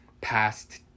past